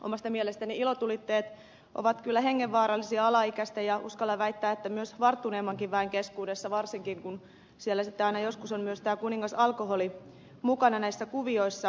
omasta mielestäni ilotulitteet ovat kyllä hengenvaarallisia alaikäisten ja uskallan väittää että myös varttuneemmankin väen keskuudessa varsinkin kun siellä sitten aina joskus on myös tämä kuningas alkoholi mukana näissä kuvioissa